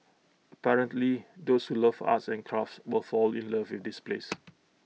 apparently those who love arts and crafts will fall in love with this place